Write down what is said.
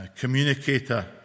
communicator